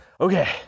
okay